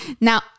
Now